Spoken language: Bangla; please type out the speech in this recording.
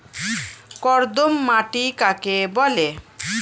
কর্দম মাটি কাকে বলে?